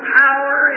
power